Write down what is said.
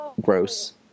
gross